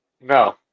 No